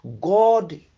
god